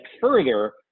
further